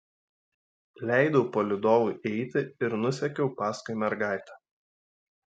leidau palydovui eiti ir nusekiau paskui mergaitę